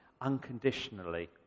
unconditionally